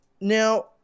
Now